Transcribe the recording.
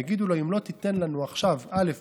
יגידו לו: אם לא תיתן לנו עכשיו א',